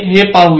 हे पाहूया